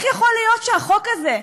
איך יכול להיות שהחוק הזה,